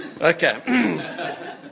Okay